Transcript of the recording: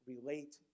relate